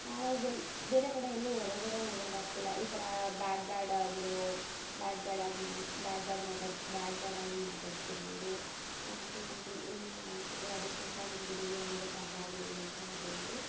ನಾವು ಬೆಲ್ ಬೇರೆ ಕಡೆ ಎಲ್ಲೂ ಹೊರಗಡೆ ಹೋಗಕಾಗ್ತಿಲ್ಲ ಈ ಥರ ಬ್ಯಾಡ್ ಬ್ಯಾಡಾಗಿರೊ ಬ್ಯಾಡ್ ಬ್ಯಾಡಾಗಿ ಮಾಡಿ ಬ್ಯಾಡ್ ಬ್ಯಾಗ್ ಮಾತಾಡ್ಸಿ ಬ್ಯಾಡ್ ಬ್ಯಾಡಾಗಿ ಮಾತಾಡ್ಸ್ತಿರ್ಬೋದು ಮತ್ತು ಸಮಥಿಂಗ್ ಏನೇನೋ ಮಾಡ್ತಿರ್ಬೋದು ಅದಕ್ಕೋಸ್ಕರ ನಮ್ಮ ಗುರುತಿನ ಮೇಲೆ ಪ್ರಭಾವ ಬೀರಿದೆ ಅಂತ ಹೇಳಬಹುದು